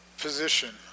position